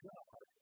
God